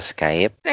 Skype